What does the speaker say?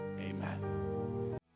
Amen